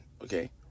okay